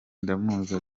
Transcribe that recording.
ndamuzi